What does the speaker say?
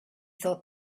thought